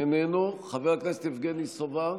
איננו, חבר הכנסת יבגני סובה,